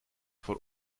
voor